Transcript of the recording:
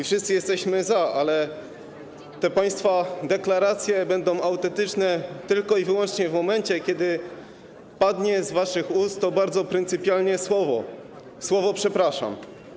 Wszyscy jesteśmy za, ale te państwa deklaracje będą autentyczne tylko i wyłącznie w momencie, kiedy padnie z waszych ust to bardzo pryncypialne słowo: przepraszam.